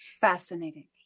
fascinating